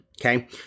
Okay